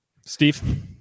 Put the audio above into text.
Steve